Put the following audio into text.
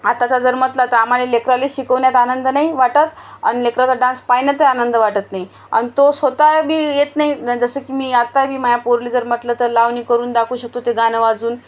आताचा जर म्हटलं तर आम्हाला लेकराला शिकवण्यात आनंद नाही वाटत आणि लेकराचा डान्स पाहण्यात आनंद वाटत नाही आणि तो स्वत बी येत नाही न जसं की मी आता बी माझ्या पोराला जर म्हटलं तर लावणी करून दाखवू शकतो ते गाणं वाजून